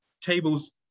tables